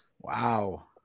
wow